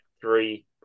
three